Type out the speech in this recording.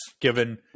Given